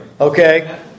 okay